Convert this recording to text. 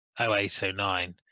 08-09